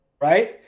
right